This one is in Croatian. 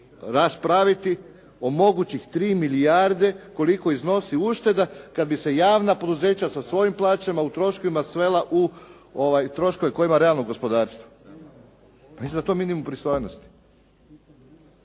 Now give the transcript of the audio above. raspraviti o mogućih 3 milijarde koliko iznosi ušteda kad bi se javna poduzeća sa svojim plaćama u troškovima svela u troškove koji ima realno gospodarstvo. Mislim da je to minimum pristojnosti.